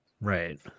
Right